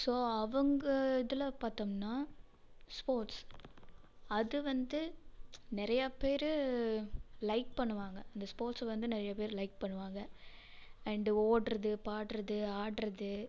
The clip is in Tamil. ஸோ அவங்க இதில் பார்த்தோம்னா ஸ்போர்ட்ஸ் அது வந்து நிறையா பேர் லைக் பண்ணுவாங்க இந்த ஸ்போர்ட்ஸ்ஸை வந்து நிறையா பேர் லைக் பண்ணுவாங்க அண்ட் ஓட்டுறது பாடுறது ஆடுறது